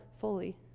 fully